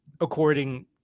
according